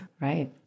Right